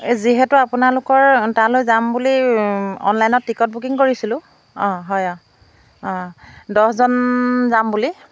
এই যিহেতু আপোনালোকৰ তালৈ যাম বুলি অনলাইনত টিকট বুকিং কৰিছিলোঁ অঁ হয় অঁ অঁ দহজন যাম বুলি